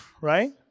Right